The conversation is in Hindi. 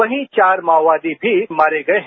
वहीं चार माओवादी भी मारे गए हैं